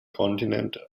kontinent